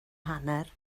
hanner